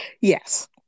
Yes